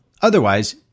Otherwise